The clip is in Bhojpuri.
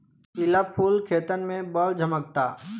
पिला फूल खेतन में बड़ झम्कता